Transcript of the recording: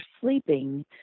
sleeping